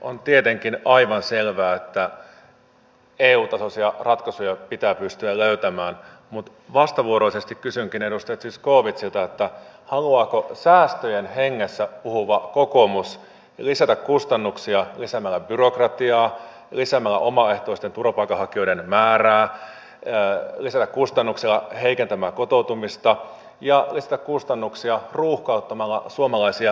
on tietenkin aivan selvää että eu tasoisia ratkaisuja pitää pystyä löytämään mutta vastavuoroisesti kysynkin edustaja zyskowiczilta haluaako säästöjen hengessä puhuva kokoomus lisätä kustannuksia lisäämällä byrokratiaa lisäämällä omaehtoisten turvapaikanhakijoiden määrää lisätä kustannuksia heikentämällä kotoutumista ja lisätä kustannuksia ruuhkauttamalla suomalaisia lähetystöjä